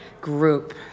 group